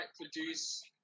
produce